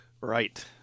Right